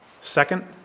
Second